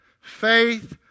faith